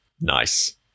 Nice